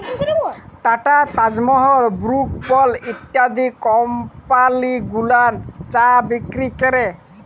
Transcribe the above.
tata, Taj Mahal, Brooke Bond ইত্যাদি কমপালি গুলান চা বিক্রি ক্যরে